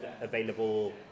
available